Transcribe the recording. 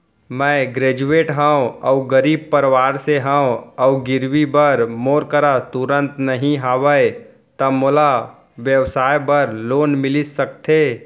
मैं ग्रेजुएट हव अऊ गरीब परवार से हव अऊ गिरवी बर मोर करा तुरंत नहीं हवय त मोला व्यवसाय बर लोन मिलिस सकथे?